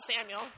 Samuel